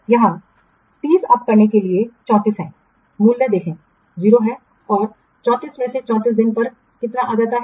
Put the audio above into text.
यह 30 अप करने के लिए 34 है मूल्य देखें 0 है और 34 से तो मूल्य 34 दिन पर कितना जाता है